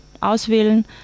auswählen